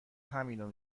همینو